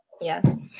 Yes